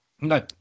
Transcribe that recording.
No